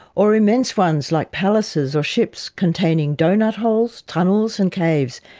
or immense ones like palaces or ships containing doughnut holes, tunnels and caves,